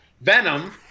venom